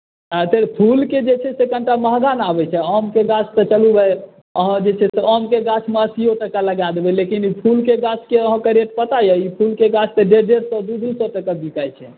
हँ फूलके जे छै से कनिटा महँगा ने आबैत छै आमके गाछ तऽ चलू भाइ अहाँ जे छै आमके गाछमे अस्सीओ टाका लगा देबै लेकिन ई फूलके गाछके अहाँकेँ रेट पता यए फूलके गाछ तऽ डेढ़ डेढ़ सए दू दू सए टके बिकाइत छै